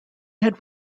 had